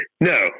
no